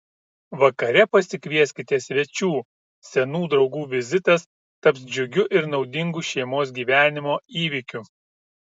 vakare pasikvieskite svečių senų draugų vizitas taps džiugiu ir naudingu šeimos gyvenimo įvykiu